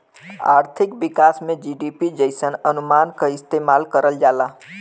आर्थिक विकास में जी.डी.पी जइसन अनुमान क इस्तेमाल करल जाला